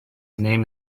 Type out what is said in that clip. name